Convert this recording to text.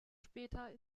später